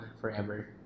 forever